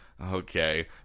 Okay